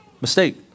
mistake